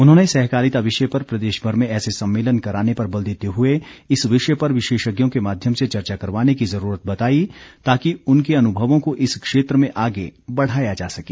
उन्होंने सहकारिता विषय पर प्रदेश भर में ऐसे सम्मेलन कराने पर बल देते हुए इस विषय पर विशेषज्ञों के माध्यम से चर्चा करवाने की जरूरत बताई ताकि उनके अनुभवों को इस क्षेत्र में आगे बढ़ाया जा सके